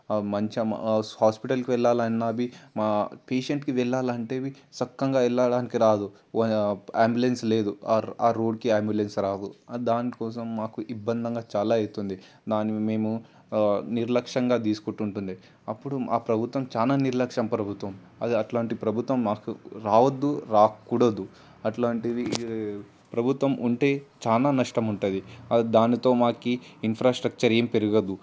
మంచిగా హాస్పిటల్కి వెళ్ళాలన్నా అది మా పేషెంట్కి వెళ్ళాలంటే అది చక్కగా వెళ్ళడానికి రాదు అంబులెన్స్ లేదు ఆ రోడ్డుకి అంబులెన్స్ రాదు దానికోసం మాకు ఇబ్బందిగా చాలా అవుతుంది దాన్ని మేము నిర్లక్ష్యంగా తీసుకుంటుండే అప్పుడు మా ప్రభుత్వం చాలా నిర్లక్ష్య ప్రభుత్వం అది అట్లాంటి ప్రభుత్వం మాకు రావద్దు రాకూడదు అట్లాంటిది ప్రభుత్వం ఉంటే చాలా నష్టం ఉంటుంది దానితో మాకు ఇన్ఫ్రాస్ట్రక్చర్ ఏం పెరగదు